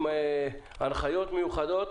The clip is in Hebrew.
עם הנחיות מיוחדות,